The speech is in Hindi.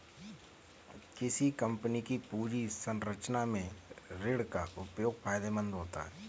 किसी कंपनी की पूंजी संरचना में ऋण का उपयोग फायदेमंद होता है